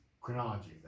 chronology